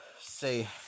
Say